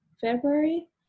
February